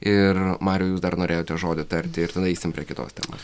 ir mariau jūs dar norėjote žodį tarti ir tada eisim prie kitos temos